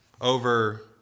over